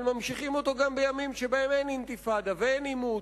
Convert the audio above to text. אבל ממשיכים אותו גם בימים שבהם אין אינתיפאדה ואין עימות,